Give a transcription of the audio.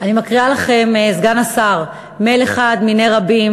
אני קוראת לחברת הכנסת מירי רגב.